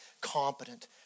competent